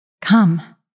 Come